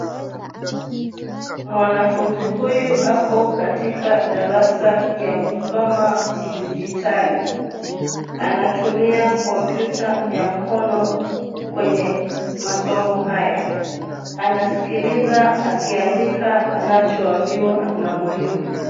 Mwanafunzi huyu ako katika darasa ya kusoma kidijitali. Anatumia kompyuta ya mkono kwenye masomo haya. Anasikiliza akiandika anachoambiwa na mwalimu.